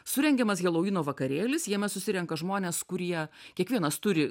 surengiamas helovyno vakarėlis jame susirenka žmonės kurie kiekvienas turi